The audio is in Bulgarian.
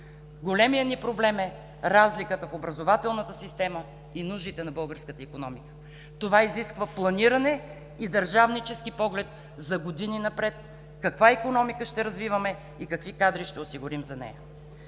Големият ни проблем е разликата в образователната система и нуждите на българската икономика. Това изисква планиране и държавнически поглед за години напред – каква икономика ще развиваме и какви кадри ще осигурим за нея.